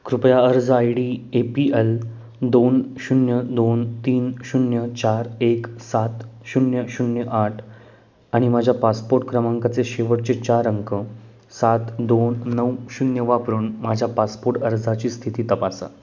कृपया अर्ज I D A P L दोन शून्य दोन तीन शून्य चार एक सात शून्य शून्य आठ आणि माझ्या पासपोट क्रमांकाचे शेवटचे चार अंक सात दोन नऊ शून्य वापरून माझ्या पासपोट अर्जाची स्थिती तपासा